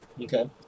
Okay